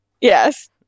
yes